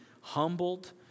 humbled